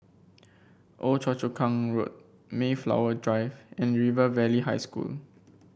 Old Choa Chu Kang Road Mayflower Drive and River Valley High School